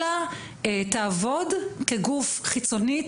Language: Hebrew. אלא תעבוד כגוף חיצוני,